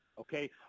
okay